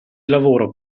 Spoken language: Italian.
lavoro